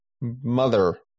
mother